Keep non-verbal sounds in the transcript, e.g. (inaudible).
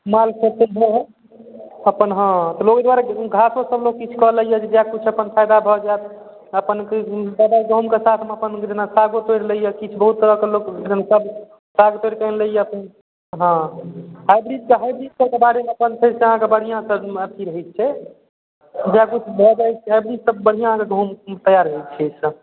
(unintelligible) अपन हँ ओहि दुआरे घासो सबकिछु कऽ लैए जे जएह किछु अपन फाइदा भऽ जाएत अपन दवाइ गहूमके साथमे अपन जेना सागो तोड़ि लैए किछु बहुत तरहके लोकसब साग तोड़िके आनि लैए हँ हाइब्रिड तऽ हाइब्रिड सबके बारेमे सबकिछु अहाँके बढ़िआँसँ अथी रहै छै जएह किछु भऽ जाए छै हाइब्रिडसँ बढ़िआँसँ गहूम तैआर होइ छै एहिसँ